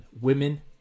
Women